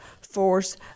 force